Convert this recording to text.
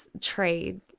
trade